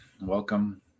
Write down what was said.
welcome